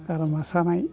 गारमा सानाय